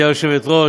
גברתי היושבת-ראש,